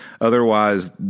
otherwise